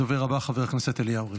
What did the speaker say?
הדובר הבא, חבר הכנסת אליהו רביבו.